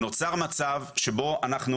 נוצר מצב שבו אנחנו,